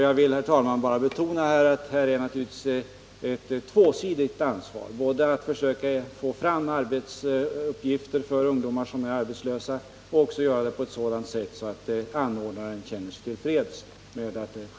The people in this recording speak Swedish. Jag vill, herr talman, bara betona att här naturligtvis är ett tvåsidigt ansvar— både försöka att få fram arbetsuppgifter för ungdomar som är arbetslösa och att se till att det sker på ett sådant sätt att anordnaren känner sig tillfreds.